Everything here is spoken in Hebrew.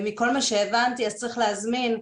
מכל מה שהבנתי: צריך להזמין תור,